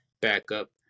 backup